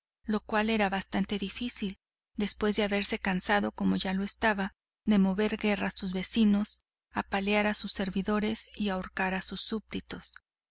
lo cual era bastante difícil después de haberse cansado como ya lo estaba de mover guerra a sus vecinos apalear a sus servidores y ahorcar a sus súbditos